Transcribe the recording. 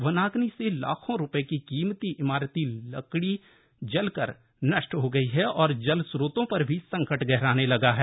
वनाग्नि से ए लाखों रुपये की कीमती इमारती लड़की जलकर नष्ट हो गई है और जलस्रोतों पर भी संकट गहराने लगा है